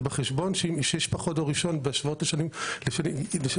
בחשבון שיש פחות דור ראשון בהשוואת לשנים הקודמות,